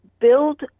build